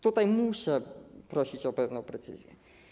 Tutaj muszę prosić o pewną precyzję.